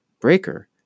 Breaker